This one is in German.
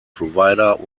provider